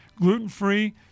Gluten-free